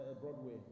Broadway